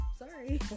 Sorry